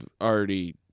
already